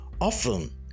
Often